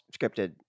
scripted